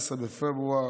15 בפברואר